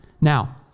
Now